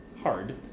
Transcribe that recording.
hard